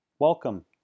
Welcome